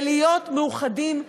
ולהיות מאוחדים,